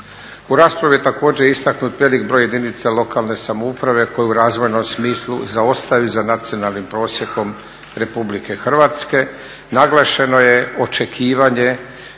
U raspravi je također istaknut velik broj jedinica lokalne samouprave koji u razvojnom smislu zaostaju za nacionalnim prosjekom Republike Hrvatske. Naglašeno je očekivanje